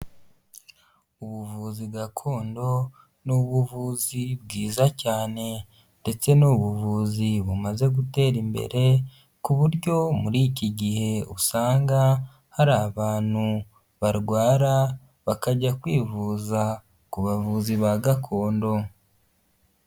Ubuvuzi gakondo ni ubuvuzi bwiza cyane, ndetse ni ubuvuzi bumaze gutera imbere ku buryo muri iki gihe usanga hari abantu barwara bakajya kwivuza ku bavuzi ba gakondo.